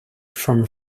from